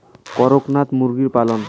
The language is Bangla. করকনাথ মুরগি পালন?